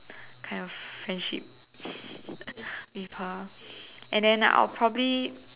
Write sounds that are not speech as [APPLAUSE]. kind of friendship [BREATH] with her and then I'll probably